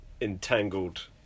entangled